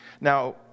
Now